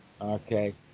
Okay